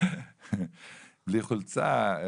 בלי חולצה.